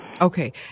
Okay